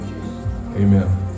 amen